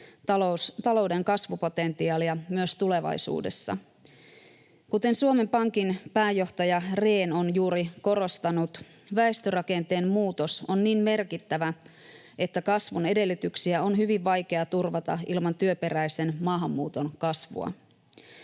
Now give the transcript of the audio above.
taloutemme kasvupotentiaalia myös tulevaisuudessa. Kuten Suomen Pankin pääjohtaja Rehn on juuri korostanut, väestörakenteen muutos on niin merkittävä, että kasvun edellytyksiä on hyvin vaikea turvata ilman työperäisen maahanmuuton kasvua.